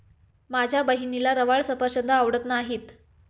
माझ्या बहिणीला रवाळ सफरचंद आवडत नाहीत